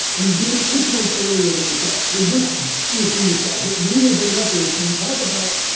and he did it six months earlier than he said. so he's just yeah a genius genius guy. but the reason i bring it up is, when you talk about,